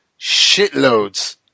shitloads